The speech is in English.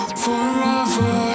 forever